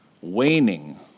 waning